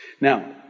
Now